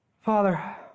Father